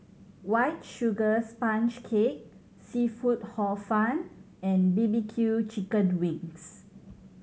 White Sugar Sponge Cake seafood Hor Fun and B B Q chicken wings